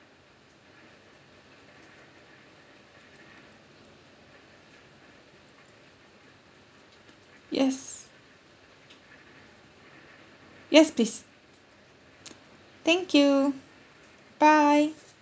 yes yes please thank you bye